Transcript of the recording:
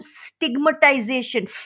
stigmatization